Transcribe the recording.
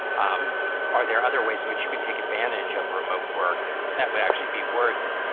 um are there other ways in which you can take advantage of remote work that would actually be worth